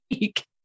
week